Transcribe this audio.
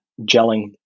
gelling